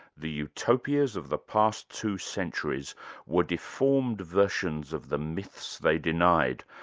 the utopias of the past two centuries were deformed versions of the myths they denied,